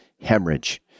hemorrhage